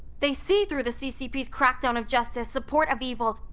they see through the ccp's crackdown of justice, support of evil,